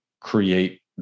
create